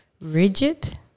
rigid